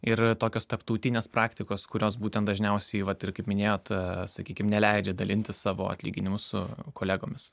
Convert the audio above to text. ir tokios tarptautinės praktikos kurios būtent dažniausiai vat ir kaip minėjot sakykim neleidžia dalintis savo atlyginimu su kolegomis